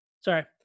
sorry